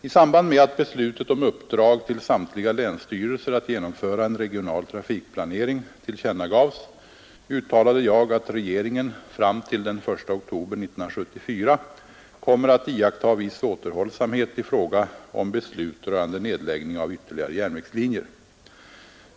I samband med att beslutet om uppdrag till samtliga länsstyrelser att genomföra en regional trafikplanering tillkännagavs uttalade jag, att regeringen fram till den 1 oktober 1974 kommer att iaktta viss återhållsamhet i fråga om beslut rörande nedläggning av ytterligare järnvägslinjer.